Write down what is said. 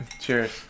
cheers